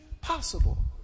possible